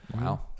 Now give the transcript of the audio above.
Wow